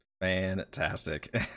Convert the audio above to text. Fantastic